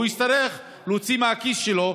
והוא יצטרך להוציא מהכיס שלו,